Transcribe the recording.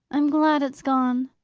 i'm glad it's gone,